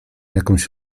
jakąś